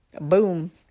Boom